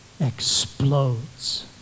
explodes